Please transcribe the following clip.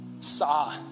saw